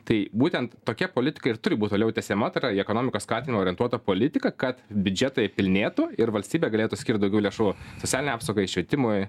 tai būtent tokia politika ir turi būt toliau tęsiama tai yra į ekonomikos skatinimą orientuota politika kad biudžetai pilnėtų ir valstybė galėtų skirt daugiau lėšų socialinei apsaugai švietimui